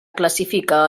classifica